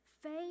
faith